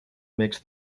makes